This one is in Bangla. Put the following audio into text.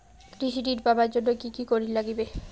কৃষি ঋণ পাবার জন্যে কি কি করির নাগিবে?